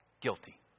guilty